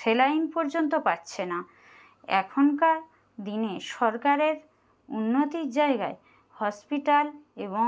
saline পর্যন্ত পাচ্ছে না এখনকার দিনে সরকারের উন্নতির জায়গায় হসপিটাল এবং